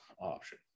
option